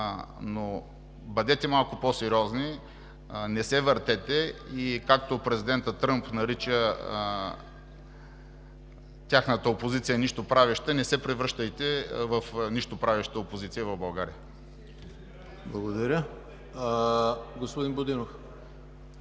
Бъдете малко по-сериозни, не се въртете и както президентът Тръмп нарича тяхната опозиция нищоправеща, не се превръщайте в нищоправеща опозиция в България. (Реплики от